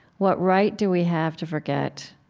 what right do we have to forget?